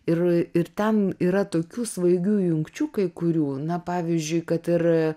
ir ir ten yra tokių svaigių jungčių kai kurių na pavyzdžiui kad ir